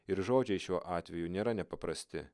ir žodžiai šiuo atveju nėra nepaprasti